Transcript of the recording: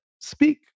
speak